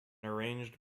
arranged